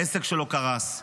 העסק שלו קרס.